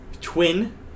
Twin